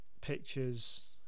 pictures